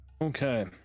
Okay